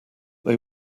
they